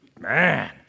man